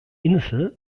insel